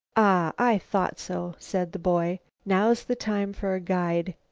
i thought so, said the boy. now's the time for a guide.